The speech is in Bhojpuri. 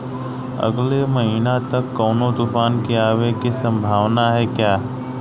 अगले महीना तक कौनो तूफान के आवे के संभावाना है क्या?